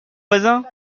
voisins